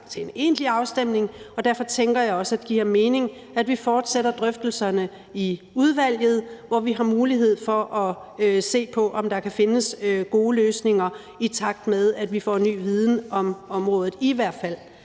til en egentlig afstemning, og derfor tænker jeg også, at det giver mening, at vi fortsætter drøftelserne i udvalget, hvor vi har mulighed for at se på, om der kan findes gode løsninger, i takt med at vi får ny viden om området. I hvert fald